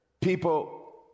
people